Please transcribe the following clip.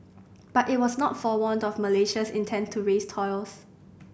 but it was not forewarned of Malaysia's intent to raise tolls